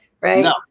right